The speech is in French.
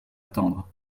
attendre